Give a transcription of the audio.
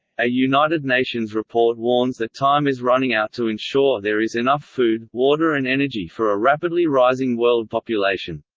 a united nations report warns that time is running out to ensure there is enough food, water and energy for a rapidly rising world population.